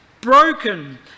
broken